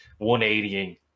180ing